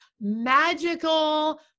magical